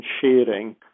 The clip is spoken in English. sharing